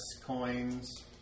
coins